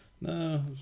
no